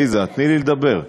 עליזה, תני לי לדבר.